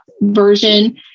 version